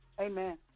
Amen